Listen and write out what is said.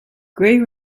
grey